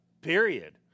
period